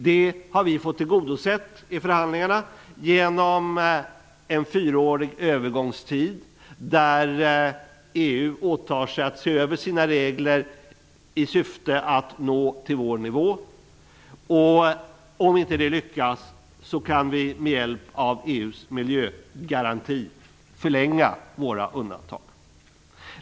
Det har vi fått tillgodosett i förhandlingarna genom en fyraårig övergångstid. Under denna tid har EU åtagit sig att se över sina regler i syfte att nå till vår nivå. Om inte det lyckas kan vi med hjälp av EU:s miljögaranti förlänga våra undantag.